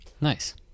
nice